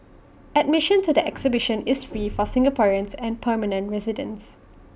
admission to the exhibition is free for Singaporeans and permanent residents